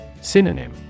Synonym